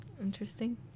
Interesting